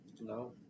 No